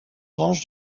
range